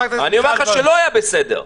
אני אומר לך שלא היה בסדר.